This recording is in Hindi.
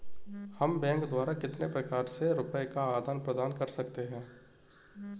हम बैंक द्वारा कितने प्रकार से रुपये का आदान प्रदान कर सकते हैं?